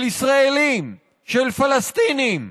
של ישראלים, של פלסטינים,